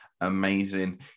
amazing